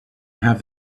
have